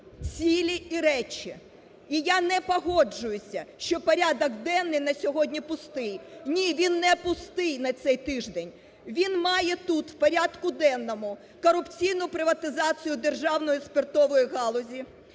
цілі і речі. І я не погоджуюся, що порядок денний на сьогодні пустий. Ні, він не пустий на цей тиждень. Він має тут, в порядку денному, корупційну приватизацію державної спиртової галузі.